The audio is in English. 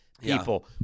people